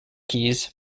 keys